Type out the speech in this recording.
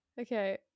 Okay